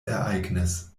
ereignis